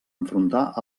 enfrontar